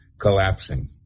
collapsing